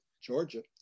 Georgia